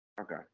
Okay